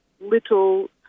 little